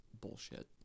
bullshit